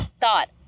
thought